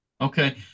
Okay